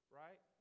right